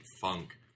Funk